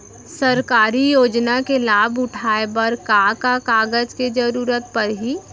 सरकारी योजना के लाभ उठाए बर का का कागज के जरूरत परही